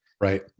right